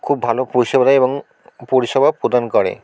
খুব ভালো পরিষেবা দেয় এবং পরিষেবা প্রদান করে